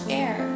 air